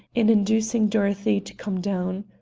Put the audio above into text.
in inducing dorothy to come down.